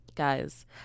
Guys